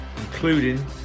including